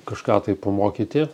kažką tai pamokyti